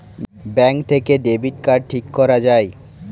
bank থেকে debit card ঠিক করা যায়